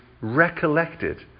recollected